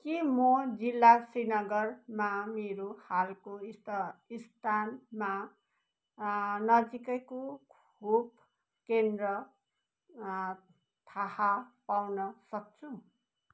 के म जिल्ला श्रीनगरमा मेरो हालको स्था स्थानमा नजिकको खोप केन्द्र थाहा पाउन सक्छु